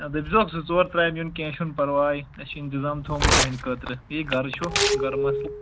نہ دٔپۍ زیوٚکھ زٕ ژور ترٛامہِ یُن کیٚنٛہہ چھُنہٕ پَرواے اَسہِ چھُ اِنتظام تھومُت تِہِنٛدِ خٲطرٕ یہِ گَرٕ چھُ گرٕ مَسلہٕ